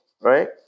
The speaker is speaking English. Right